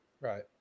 Right